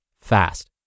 fast